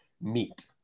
meet